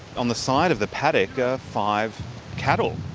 on the side of the paddock are five cattle.